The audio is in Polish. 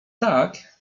tak